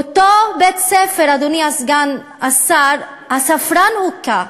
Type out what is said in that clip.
באותו בית-ספר, אדוני סגן השר, הספרן הותקף,